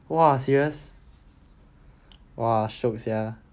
!wah! serious !wah! shiok sia